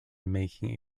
making